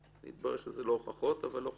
מתברר שזה לא הוכחות אבל לא חשוב.